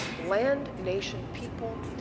land, nation, people,